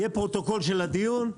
יהיה פרוטוקול של הדיון,